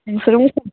नोंसोर मोसा